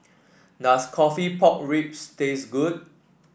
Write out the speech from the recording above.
does coffee Pork Ribs taste good